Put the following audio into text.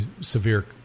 severe